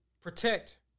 protect